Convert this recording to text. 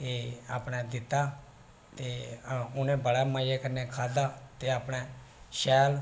ते अपना दित्ता ते उनेंहे बड़े मजे कन्नै खाद्धा ते अपने शैल